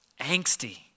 angsty